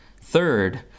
third